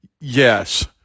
Yes